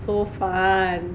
so fun